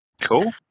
Cool